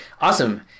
awesome